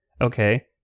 Okay